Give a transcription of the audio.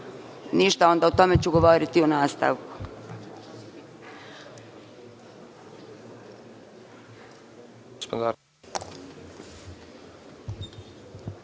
onda, o tome ću govoriti u nastavku.